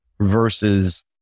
versus